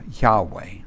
Yahweh